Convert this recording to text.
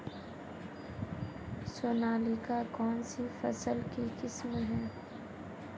सोनालिका कौनसी फसल की किस्म है?